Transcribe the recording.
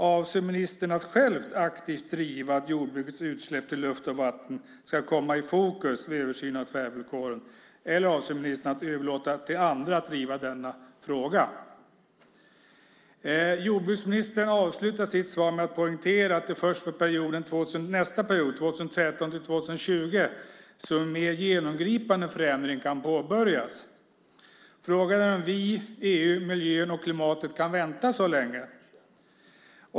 Avser ministern att själv aktivt driva att jordbrukets utsläpp till luft och vatten ska komma i fokus vid översynen av tvärvillkoren, eller avser ministern att överlåta till andra att driva denna fråga? Jordbruksministern avslutar sitt svar med att poängtera att det är för nästa period, 2013-2020, som en mer genomgripande förändring kan påbörjas. Frågan är om vi, EU, miljön och klimatet kan vänta så länge.